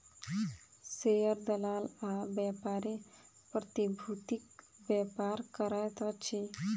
share दलाल आ व्यापारी प्रतिभूतिक व्यापार करैत अछि